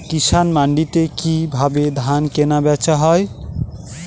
কৃষান মান্ডিতে কি ভাবে ধান কেনাবেচা হয়?